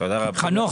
חנוך,